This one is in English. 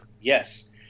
yes